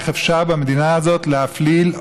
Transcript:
איך אפשר במדינה הזאת להפליל,